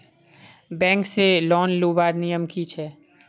Bank से loan लुबार नियम की छे?